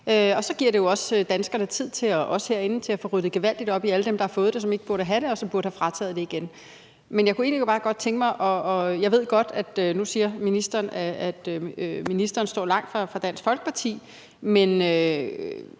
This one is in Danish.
Og så giver det jo også danskerne og os herinde tid til at få ryddet gevaldigt op i alle dem, der har fået det, som ikke burde have det, og som burde få frataget det igen. Jeg ved godt, at ministeren nu siger, at ministeren står langt fra Dansk Folkeparti, men